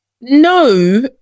No